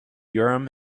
urim